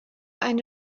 eine